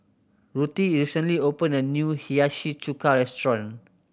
Ruthie recently opened a new Hiyashi Chuka restaurant